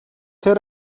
тэр